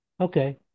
Okay